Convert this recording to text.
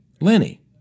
Lenny